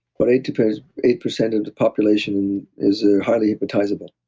but eight eight percent of the population is highly hypnotizable.